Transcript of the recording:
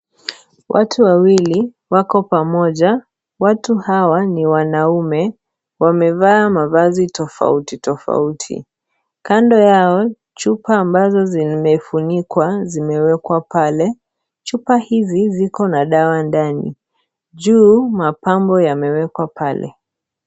Watu wawili wako pamoja. Watu hawa ni wanaume. Wamevaamavazi tofauti tofauti. Kando yao, chupa ambazo zimefunikwa zimewekwa pale. Chupa hizi ziko na dawa ndani. Juu mapambo yamewekwa pale.